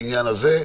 בעניין הזה.